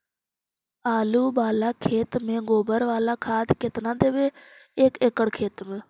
आलु बाला खेत मे गोबर बाला खाद केतना देबै एक एकड़ खेत में?